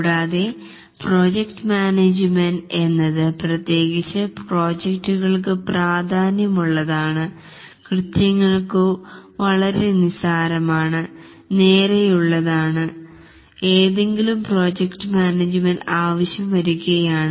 കൂടാതെ project management എന്നത് പ്രത്യേകിച്ച് പ്രോജക്ടുകൾക്കു പ്രാധ്യാന്യമുള്ളതാണ് കൃത്യങ്ങൾക്കു വളരെ നിസാരമാണ് നേരയുള്ളതാണ് ഏതെങ്കിലും പ്രോജക്ട്മാനേജ്മെൻറ് ആവശ്യം വരുകയില്ല